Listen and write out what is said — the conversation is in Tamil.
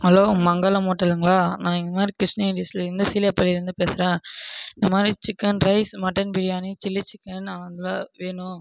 ஹலோ மங்களம் ஹோட்டலுங்ளா நான் இந்த மாதிரி கிருஷ்ணகிரி டிஸ்டிக்லருந்து சீலப்பள்ளி இருந்து பேசுகிறன் இந்த மாதிரி chicken rice mutton biryani chilli chicken வேணும்